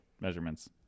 measurements